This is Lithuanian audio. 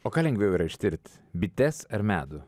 o ką lengviau yra ištirt bites ar medų